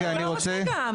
אי אפשר.